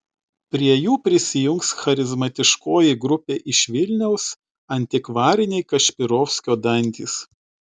prie jų prisijungs charizmatiškoji grupė iš vilniaus antikvariniai kašpirovskio dantys